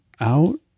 out